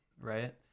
right